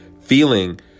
feeling